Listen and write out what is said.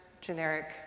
generic